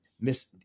Miss